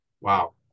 Wow